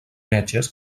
metges